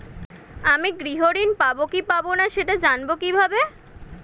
আমি গৃহ ঋণ পাবো কি পাবো না সেটা জানবো কিভাবে?